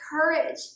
courage